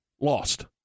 lost